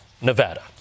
Nevada